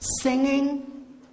singing